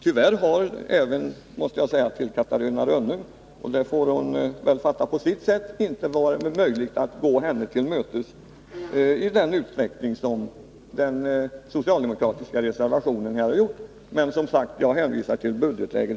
Jag måste säga till Catarina Rönnung, vilket hon får fatta på sitt sätt, att det tyvärr inte har varit möjligt att gå henne till mötes i den utsträckning som föreslås i den socialdemokratiska reservationen. Jag hänvisar som sagt i den frågan till budgetläget.